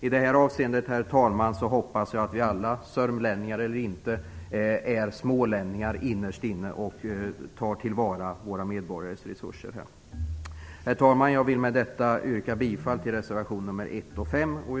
I detta avseende, herr talman, hoppas jag att vi alla, sörmlänningar eller inte, är smålänningar innerst inne och tar till vara våra medborgares resurser. Herr talman! Jag vill med detta yrka bifall till reservationerna nr 1 och nr 5.